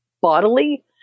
bodily